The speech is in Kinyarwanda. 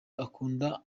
akunda